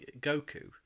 Goku